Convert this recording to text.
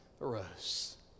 arose